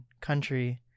country